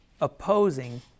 opposing